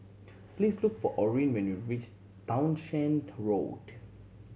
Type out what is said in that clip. please look for Orrin when you reach Townshend Road